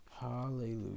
Hallelujah